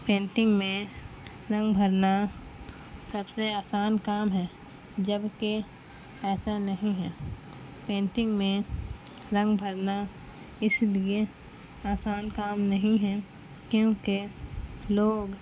painting میں رنگ بھرنا سب سے آسان کام ہے جبکہ ایسا نہیں ہے پینٹنگ میں رنگ بھرنا اس لیے آسان کام نہیں ہے کیونکہ لوگ